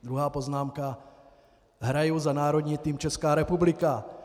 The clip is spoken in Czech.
Druhá poznámka hraji za národní tým Česká republika.